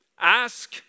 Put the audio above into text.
Ask